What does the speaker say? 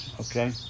okay